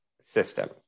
system